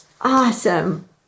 awesome